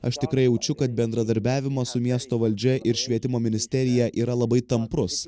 aš tikrai jaučiu kad bendradarbiavimas su miesto valdžia ir švietimo ministerija yra labai tamprus